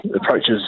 approaches